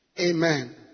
Amen